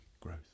growth